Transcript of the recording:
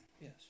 Yes